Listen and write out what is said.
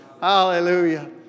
hallelujah